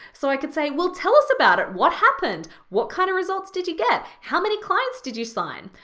so i could say, well tell us about it, what happened? what kind of results did you get? how many clients did you sign?